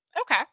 Okay